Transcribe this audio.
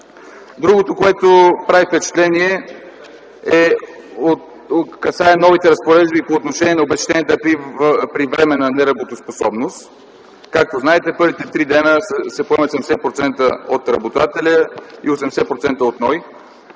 Другото, което прави впечатление, касае новите разпоредби по отношение на обезщетенията при временна неработоспособност. Както знаете, първите три дни се поемат 70% от работодателя и 80% от